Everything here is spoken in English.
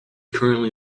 currently